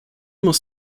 muss